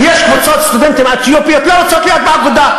יש קבוצות סטודנטים אתיופיות שלא רוצות להיות באגודה.